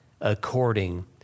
according